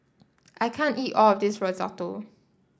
I can't eat all of this Risotto